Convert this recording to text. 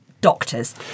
doctors